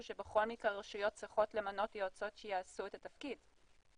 שבכל מקרה רשויות צריכות למנות יועצות שיעשו את התפקיד?